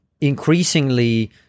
increasingly